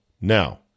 Now